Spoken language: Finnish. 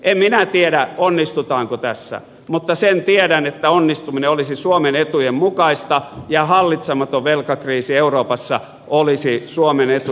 en minä tiedä onnistutaanko tässä mutta sen tiedän että onnistuminen olisi suomen etujen mukaista ja hallitsematon velkakriisi euroopassa olisi suomen etujen vastaista